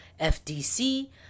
FDC